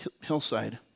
hillside